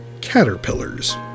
Caterpillars